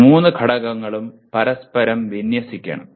ഈ മൂന്ന് ഘടകങ്ങളും പരസ്പരം വിന്യസിക്കണം